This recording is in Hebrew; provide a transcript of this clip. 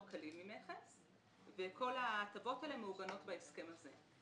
כללי ממכס וכל ההטבות האלה מעוגנות בהסכם הזה.